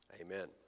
amen